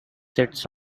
sits